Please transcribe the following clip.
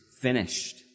finished